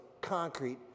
concrete